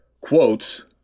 quotes